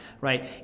right